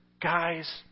guys